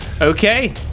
Okay